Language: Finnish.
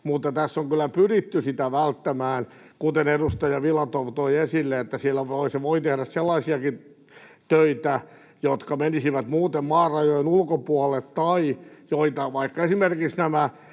mutta tässä on kyllä pyritty sitä välttämään. Kuten edustaja Filatov toi esille, se voi tehdä sellaisiakin töitä, jotka menisivät muuten maan rajojen ulkopuolelle tai joita ovat vaikka esimerkiksi nämä